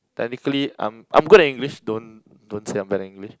technically I'm I'm good at English don't don't say I'm bad at English